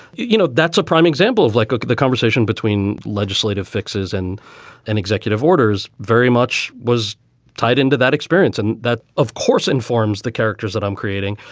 you know, that's a prime example of like ah the conversation between legislative fixes and an executive orders. very much was tied into that experience. and that, of course, informs the characters that i'm creating.